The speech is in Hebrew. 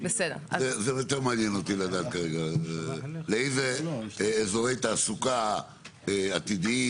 זה יותר מעניין אותי לדעת כרגע לאיזה אזורי תעסוקה עתידיים